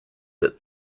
that